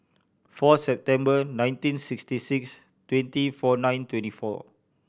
four September nineteen sixty six twenty four nine twenty four